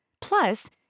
Plus